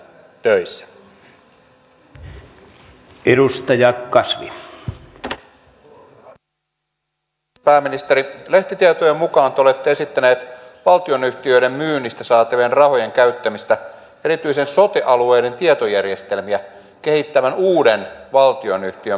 arvoisa pääministeri lehtitietojen mukaan te olette esittänyt valtionyhtiöiden myynnistä saatavien rahojen käyttämistä erityisen sote alueiden tietojärjestelmiä kehittävän uuden valtionyhtiön perustamiseen